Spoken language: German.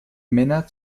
männer